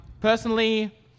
Personally